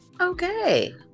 Okay